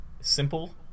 Simple